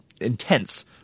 intense